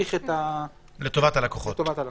להאריך לטובת הלקוח.